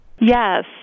Yes